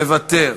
מוותר,